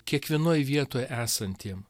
kiekvienoj vietoj esantiem